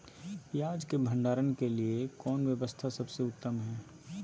पियाज़ के भंडारण के लिए कौन व्यवस्था सबसे उत्तम है?